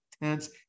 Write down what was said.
tense